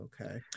okay